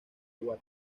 uruguay